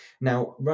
Now